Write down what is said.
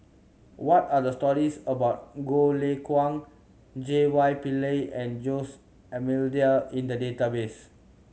what are the stories about Goh Lay Kuan J Y Pillay and Jose Almeida in the database